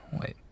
Wait